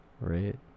right